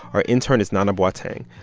our intern is nana boateng.